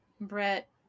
Brett